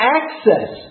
access